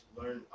learn